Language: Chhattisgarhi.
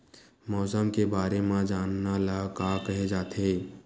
मौसम के बारे म जानना ल का कहे जाथे?